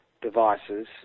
devices